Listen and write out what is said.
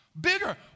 Bigger